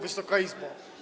Wysoka Izbo!